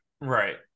right